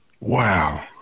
Wow